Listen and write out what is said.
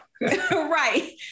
right